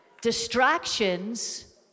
distractions